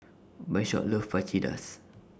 Bishop loves Fajitas